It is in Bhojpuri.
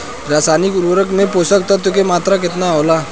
रसायनिक उर्वरक मे पोषक तत्व के मात्रा केतना होला?